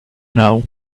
now